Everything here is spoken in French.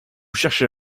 cherchez